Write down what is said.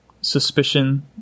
suspicion